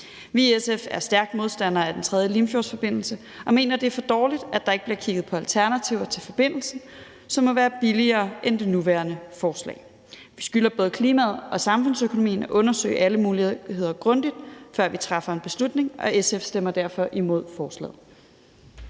Vi i SF er stærke modstandere af Den 3. Limfjordsforbindelse og mener, at det er for dårligt, at der ikke bliver kigget på alternativer til forbindelsen, som må være billigere end det nuværende forslag. Vi skylder både klimaet og samfundsøkonomien at undersøge alle muligheder grundigt, før vi træffer en beslutning. SF stemmer derfor imod forslaget.